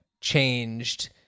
changed